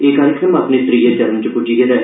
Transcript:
एह् कार्यक्रम अपने त्रिए चरण च पुज्जी गेआ ऐ